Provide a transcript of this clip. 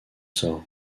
sort